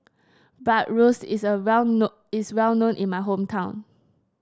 bratwurst is a well is well known in my hometown